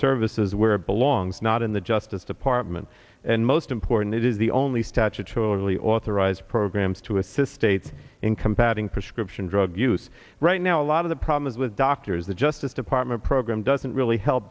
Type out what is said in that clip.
services where it belongs not in the justice department and most important it is the only statutorily authorized programs to assist states in combating prescription drug use right now a lot of the problems with doctors the justice department program doesn't really help